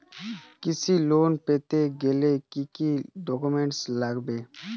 কৃষি লোন পেতে গেলে কি কি ডকুমেন্ট লাগবে?